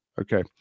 Okay